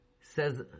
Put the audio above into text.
Says